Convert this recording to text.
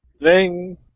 Ring